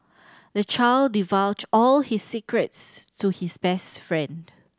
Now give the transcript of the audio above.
the child divulged all his secrets to his best friend